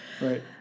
Right